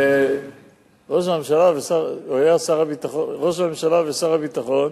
וראש הממשלה ושר הביטחון